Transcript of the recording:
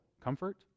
comfort